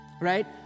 Right